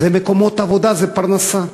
זה מקומות עבודה, זאת פרנסה,